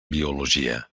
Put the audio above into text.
biologia